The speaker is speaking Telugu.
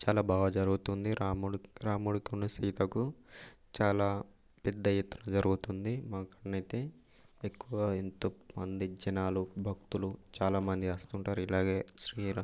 చాలా బాగా జరుగుతుంది రాముడు రాముడుకున్న సీతకు చాలా పెద్ద ఎత్తున జరుగుతుంది మా కాడనయితే ఎక్కువ ఎంతో మంది జనాలు భక్తులు చాలా మంది వస్తుంటారు ఇలాగే శ్రీరామ